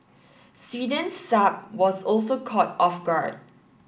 Sweden's Saab was also caught off guard